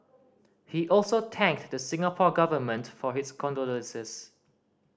he also thanked the Singapore Government for its condolences